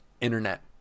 internet